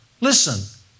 listen